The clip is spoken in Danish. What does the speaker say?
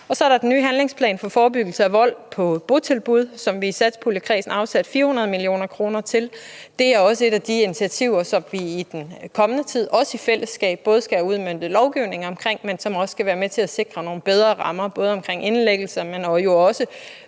Så er der den nye handlingsplan for forebyggelse af vold på botilbud, som vi i satspuljekredsen afsatte 400 mio. kr. til. Det er også et af de initiativer, som vi i den kommende tid i fællesskab skal have udmøntet lovgivning om, og som skal være med til at sikre nogle bedre rammer om indlæggelse, men som